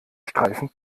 streifen